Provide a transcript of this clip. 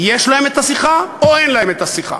יש להם את השיחה או אין להם את השיחה?